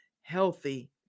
healthy –